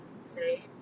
say